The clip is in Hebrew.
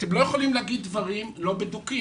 אתם לא יכולים להגיד דברים לא בדוקים.